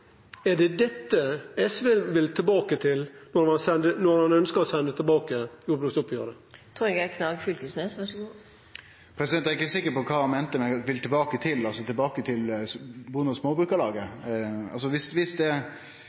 Er det dette SV vil tilbake til når dei ønskjer å sende jordbruksoppgjeret tilbake? Eg er ikkje sikker på kva representanten meinte med å vilje tilbake til, altså tilbake til Bonde- og småbrukarlaget. Viss eg forstår representantens spørsmål riktig, nemner han da for det